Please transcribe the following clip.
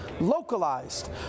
localized